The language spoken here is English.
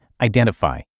identify